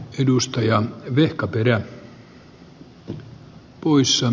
arvoisa herra puhemies